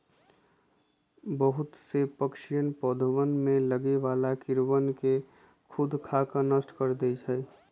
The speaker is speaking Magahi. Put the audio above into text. बहुत से पक्षीअन पौधवन में लगे वाला कीड़वन के स्खुद खाकर नष्ट कर दे हई